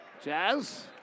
Jazz